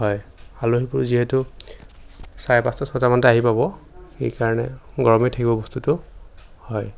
হয় আলহীবোৰ যিহেতু চাৰে পাঁচটা ছয়টা মানতে আহি পাব সেইকাৰণে গৰমে থাকিব বস্তুটো হয়